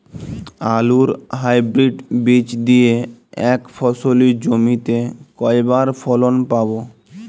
আলুর হাইব্রিড বীজ দিয়ে এক ফসলী জমিতে কয়বার ফলন পাব?